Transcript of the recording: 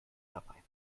dabei